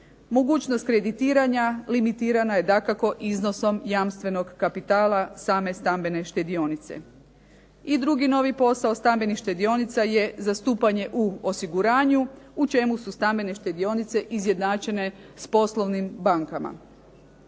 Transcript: Mogućnost kreditiranja limitirana je dakako iznosom jamstvenog kapitala same stambene štedionice. I drugi novi posao stambenih štedionica je zastupanje u osiguranju, u čemu su stambene štedionice izjednačene s poslovnim bankama.